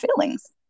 feelings